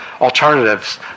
alternatives